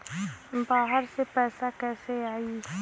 बाहर से पैसा कैसे आई?